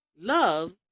Love